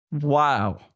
wow